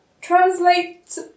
translate